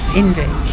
indie